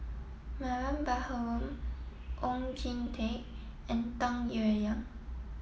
Mariam Baharom Oon Jin Teik and Tung Yue Yang